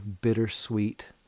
bittersweet